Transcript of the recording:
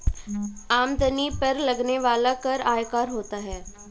आमदनी पर लगने वाला कर आयकर होता है